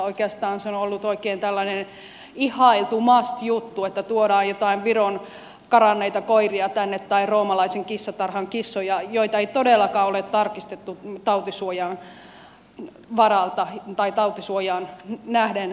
oikeastaan se on ollut oikein tällainen ihailtu must juttu että tuodaan jotain viron karanneita koiria tänne tai roomalaisen kissatarhan kissoja joita ei todellakaan ole tarkistettu tautisuojaan nähden